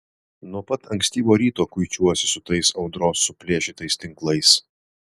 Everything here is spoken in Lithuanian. nuo pat ankstyvo ryto kuičiuosi su tais audros suplėšytais tinklais